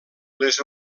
les